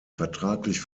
vertraglich